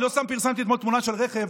לא סתם פרסמתי אתמול תמונה של רכב,